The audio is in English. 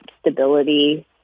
stability